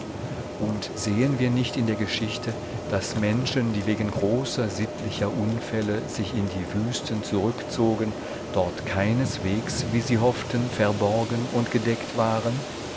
und sehen wir nicht in der geschichte daß menschen die wegen großer sittlicher unfälle sich in die wüsten zurückzogen dort keineswegs wie sie hofften verborgen und gedeckt waren